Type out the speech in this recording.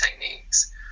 techniques